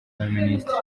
y’abaminisitiri